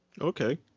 Okay